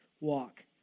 walk